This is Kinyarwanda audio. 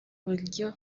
buryo